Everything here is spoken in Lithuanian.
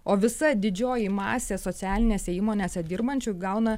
o visa didžioji masė socialinėse įmonėse dirbančių gauna